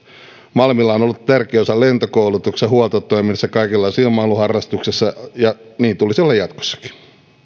malmilla on ollut tärkeä osa lentokoulutuksessa huoltotoiminnassa kaikenlaisissa ilmailuharrastuksissa ja niin tulisi olla jatkossakin